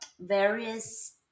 various